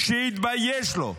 שיתבייש לו.